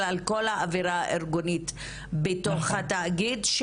על כל האווירה הארגונית בתוך התאגיד,